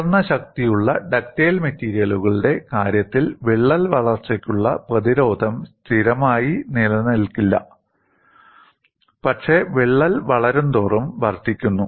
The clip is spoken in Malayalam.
ഉയർന്ന ശക്തിയുള്ള ഡക്റ്റൈൽ മെറ്റീരിയലുകളുടെ കാര്യത്തിൽ വിള്ളൽ വളർച്ചയ്ക്കുള്ള പ്രതിരോധം സ്ഥിരമായി നിലനിൽക്കില്ല പക്ഷേ വിള്ളൽ വളരുന്തോറും വർദ്ധിക്കുന്നു